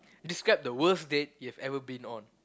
describe the worst date you ever been on